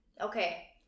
okay